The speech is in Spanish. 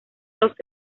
los